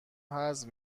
حذف